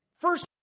first